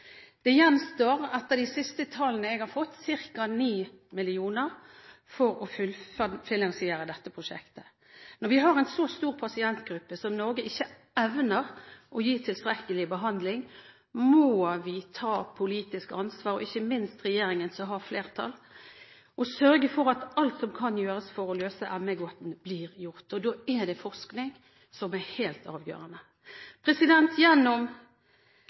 Det gjenstår – etter de siste tallene jeg har fått – ca. 9 mill. kr for å få fullfinansiert dette prosjektet. Når vi har en så stor pasientgruppe som Norge ikke evner å gi tilstrekkelig behandling, må vi ta politisk ansvar – ikke minst regjeringen, som har flertall – og sørge for at alt som kan gjøres for å løse ME-gåten, blir gjort. Da er forskning det som er helt avgjørende. Gjennom